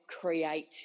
create